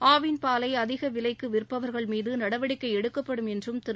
ஆவின் பாலை அதிக விலைக்கு விற்பவர்கள் மீது நடவடிக்கை எடுக்கப்படும் என்றும் திரு